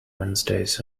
wednesdays